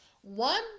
One